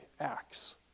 acts